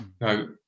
no